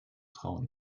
trauen